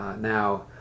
now